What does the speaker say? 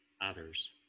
others